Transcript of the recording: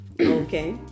okay